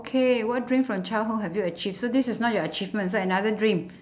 okay what dream from childhood have you achieved so this is not your achievement so another dream